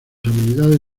habilidades